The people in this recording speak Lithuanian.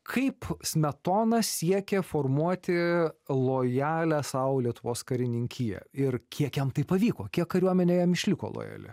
kaip smetona siekia formuoti lojalią sau lietuvos karininkiją ir kiek jam tai pavyko kiek kariuomenė jam išliko lojali